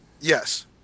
Yes